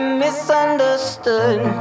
misunderstood